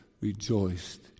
rejoiced